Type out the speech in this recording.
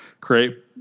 create